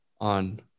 on